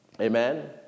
Amen